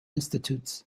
institutes